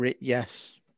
yes